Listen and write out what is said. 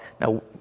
Now